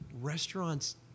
restaurants